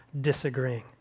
disagreeing